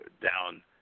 down